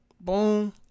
boom